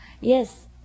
Yes